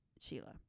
Sheila